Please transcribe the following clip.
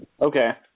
Okay